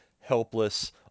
helpless